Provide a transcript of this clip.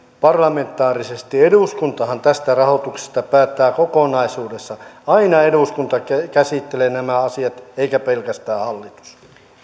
parlamentaarisesti eduskuntahan tästä rahoituksesta päättää kokonaisuudessaan aina eduskunta käsittelee nämä asiat eikä pelkästään hallitus